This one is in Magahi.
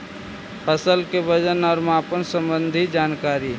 फसल के वजन और मापन संबंधी जनकारी?